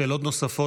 שאלות נוספות,